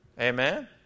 amen